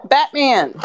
Batman